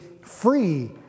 free